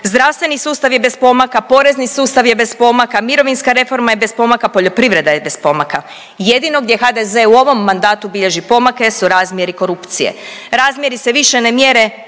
zdravstveni sustav je bez pomaka, porezni sustav je bez pomaka, mirovinska reforma je bez pomaka, poljoprivreda je bez pomaka. Jedino gdje HDZ u ovom mandatu bilježi pomake su razmjeri korupcije, razmjeri se više ne mjere